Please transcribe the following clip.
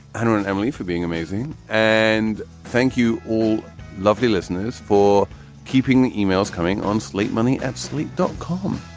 and and emily, for being amazing and thank you all lovely listeners for keeping the e-mails coming on slate monday at sleep. dot com.